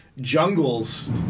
Jungles